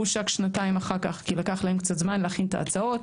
הוא הושק שנתיים אחר כך כי לקח להם קצת זמן להכין את ההצעות,